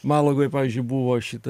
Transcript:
malagoj pavyzdžiui buvo šita